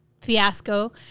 fiasco